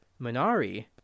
Minari